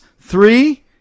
three